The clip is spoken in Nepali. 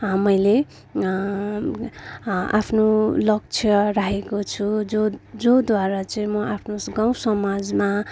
मैले आफ्नो लक्ष्य राखेको छु जो जोद्वारा चाहिँ म आफ्नो गाउँसमाजमा